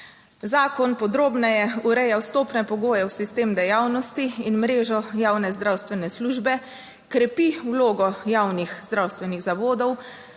Zakon podrobneje ureja vstopne pogoje v sistem dejavnosti in mrežo javne zdravstvene službe. Krepi vlogo javnih zdravstvenih zavodov,